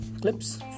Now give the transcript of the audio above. clips